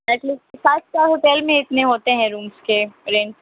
at least five star hotel میں اتنے ہوتے ہیں رومس کے رینٹ